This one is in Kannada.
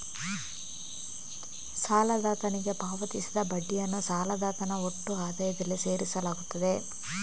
ಸಾಲದಾತನಿಗೆ ಪಾವತಿಸಿದ ಬಡ್ಡಿಯನ್ನು ಸಾಲದಾತನ ಒಟ್ಟು ಆದಾಯದಲ್ಲಿ ಸೇರಿಸಲಾಗುತ್ತದೆ